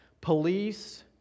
police